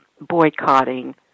boycotting